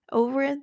over